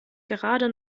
gerade